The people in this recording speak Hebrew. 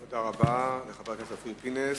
תודה רבה, חבר הכנסת אופיר פינס.